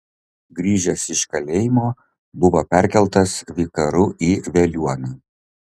grįžęs iš kalėjimo buvo perkeltas vikaru į veliuoną